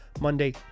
Monday